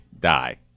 die